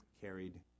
Carried